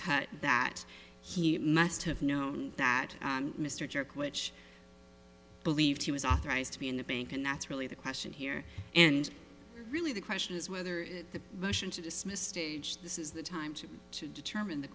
cut that he must have known that mr jerk which believed he was authorized to be in the bank and that's really the question here and really the question is whether it's the motion to dismiss stage this is the time to to determine the